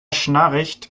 schnarcht